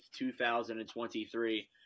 2023